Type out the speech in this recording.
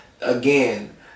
again